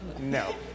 No